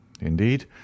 Indeed